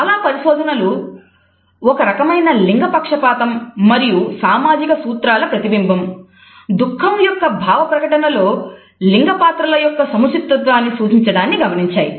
చాలా పరిశోధనలు ఒక రకమైన లింగ పక్షపాతం మరియు సామాజిక సూత్రాల ప్రతిబింబం దుఃఖము యొక్క భావ ప్రకటనలో లింగ పాత్రల యొక్క సముచితత్వాన్ని సూచించడాన్ని గమనించాయి